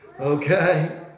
okay